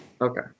Okay